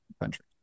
country